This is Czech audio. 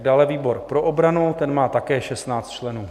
Dále výbor pro obranu, ten má také 16 členů.